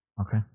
okay